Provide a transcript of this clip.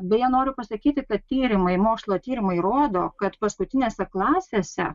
beje noriu pasakyti kad tyrimai mokslo tyrimai rodo kad paskutinėse klasėse